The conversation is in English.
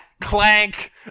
Clank